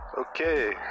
Okay